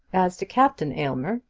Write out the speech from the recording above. as to captain aylmer,